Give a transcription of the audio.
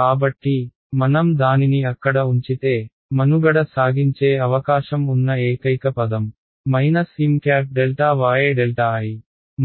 కాబట్టి మనం దానిని అక్కడ ఉంచితే మనుగడ సాగించే అవకాశం ఉన్న ఏకైక పదం MyI